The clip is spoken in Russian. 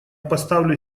поставлю